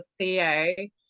CEO